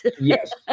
Yes